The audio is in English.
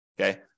Okay